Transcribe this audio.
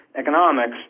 economics